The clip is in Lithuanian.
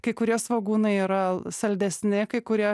kai kurie svogūnai yra saldesni kai kurie